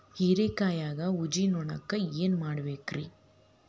ಹೇರಿಕಾಯಾಗ ಊಜಿ ನೋಣಕ್ಕ ಏನ್ ಮಾಡಬೇಕ್ರೇ?